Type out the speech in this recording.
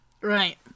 Right